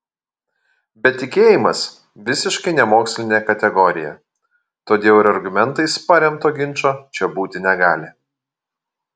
bet tikėjimas visiškai nemokslinė kategorija todėl ir argumentais paremto ginčo čia būti negali